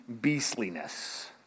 beastliness